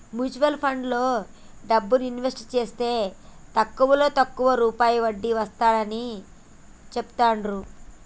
mutual ఫండ్లలో డబ్బుని invest జేస్తే తక్కువలో తక్కువ రూపాయి వడ్డీ వస్తాడని చెబుతాండ్రు